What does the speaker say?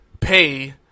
pay